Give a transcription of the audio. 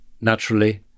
naturally